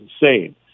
insane